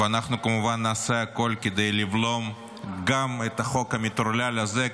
ואנחנו כמובן נעשה הכול כדי לבלום גם את החוק המטורלל הזה,